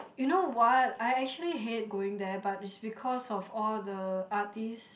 you know what I actually hate going there but it's because of all the artists